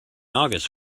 august